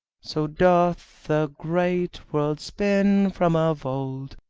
so doth the great world spin from of old,